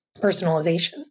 personalization